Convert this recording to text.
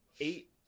Eight